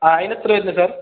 ആ അതിനെത്ര വരുന്നു സർ